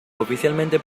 oficialmente